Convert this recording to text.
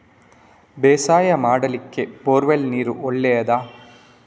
ಬೇಸಾಯ ಮಾಡ್ಲಿಕ್ಕೆ bore well ನೀರು ಒಳ್ಳೆಯದಾ?